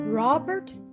Robert